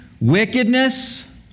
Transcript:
wickedness